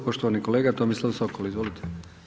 Poštovani kolega Tomislav Sokol, izvolite.